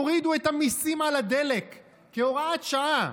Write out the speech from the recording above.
תורידו את המיסים על הדלק כהוראת שעה.